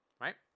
right